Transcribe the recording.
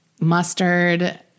mustard